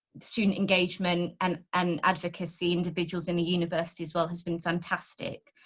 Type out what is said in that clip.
student engagement and and advocacy. individuals in the university as well has been fantastic.